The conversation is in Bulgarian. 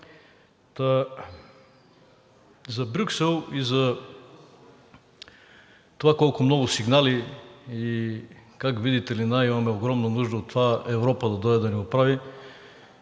За Брюксел и за това колко много сигнали и как, видите ли, най-имаме огромна нужда от това Европа да дойде и да ни оправи.